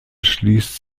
schließt